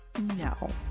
no